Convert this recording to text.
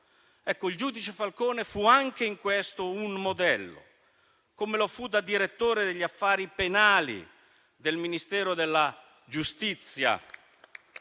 il giudice Falcone fu anche in questo un modello, come lo fu da direttore degli affari penali del Ministero della giustizia